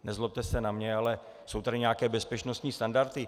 Nezlobte se na mě, ale jsou tady nějaké bezpečnostní standardy.